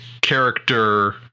character